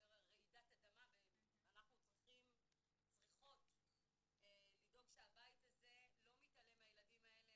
מרעידת אדמה ואנחנו צריכות לדאוג שהבית הזה לא מתעלם מהילדים האלה.